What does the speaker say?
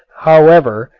however,